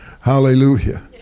Hallelujah